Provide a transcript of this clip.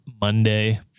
Monday